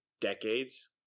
decades